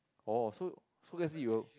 oh so so as you have